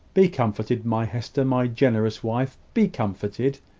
be comforted, my hester my generous wife, be comforted.